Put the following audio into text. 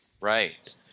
Right